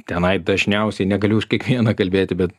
tenai dažniausiai negaliu už kiekvieną kalbėti bet